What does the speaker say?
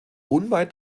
unweit